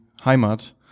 Heimat